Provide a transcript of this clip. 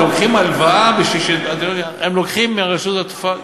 אתם לוקחים הלוואה, הם לוקחים מרשות שדות התעופה